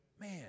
Man